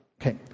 Okay